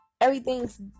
everything's